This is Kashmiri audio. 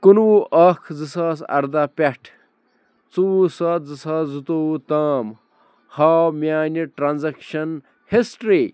کُنوُہ اَکھ زٕ ساس ارداہ پٮ۪ٹھ ژُوٚوُہ سَتھ زٕ ساس زٕتووُہ تام ہاو میٛٲنہِ ٹرٛانزیٚکشن ہسٹرٛی